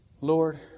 Lord